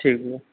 ठीक है भैया